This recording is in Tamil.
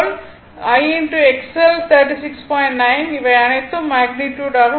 61 இவை அனைத்தும் மேக்னிட்யுட் ஆகும்